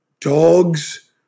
dogs